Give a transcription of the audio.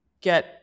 get